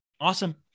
awesome